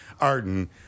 Arden